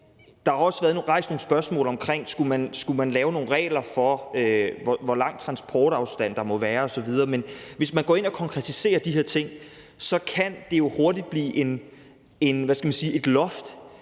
Der har også været rejst nogle spørgsmål om, om man skulle lave nogle regler for, hvor lang transportafstand der må være osv., men hvis man går ind og konkretiserer de her ting, kan det jo hurtigt blive et loft